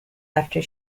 after